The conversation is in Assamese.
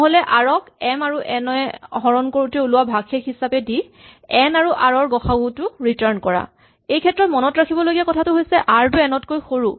নহ'লে আৰ ক এম ক এন এ হৰণ কৰোতে ওলোৱা ভাগশেষ হিচাপে দি এন আৰু আৰ ৰ গ সা উ টো ৰিটাৰ্ন কৰা এইক্ষেত্ৰত মনত ৰাখিবলগীয়া কথাটো হৈছে আৰ টো এন তকৈ সৰু